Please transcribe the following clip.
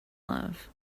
love